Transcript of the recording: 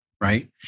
right